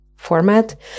Format